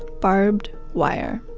barbed wire.